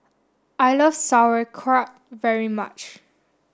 I love Sauerkraut very much